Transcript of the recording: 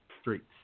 Streets